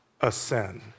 ascend